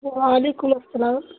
وعلیکم السلام